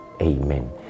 Amen